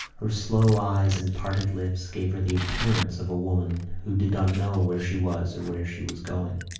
her slow eyes and parted lips gave her the appearance of a woman who did not know where she was or where she was going.